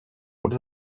what